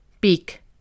Beak